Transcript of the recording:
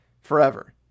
forever